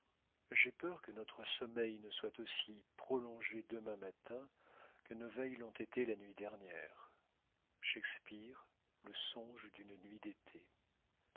j'ai peur que notre sommeil ne soit aussi prolongé demain matin que nos veilles l'ont été la nuit dernière shakespeare le songe d'une nuit d'été